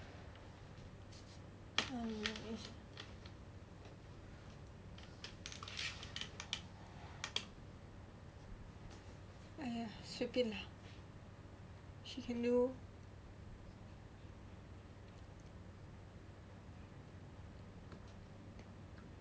随便